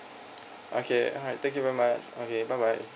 okay alright thank you very much okay bye bye